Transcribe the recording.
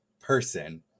person